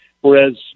whereas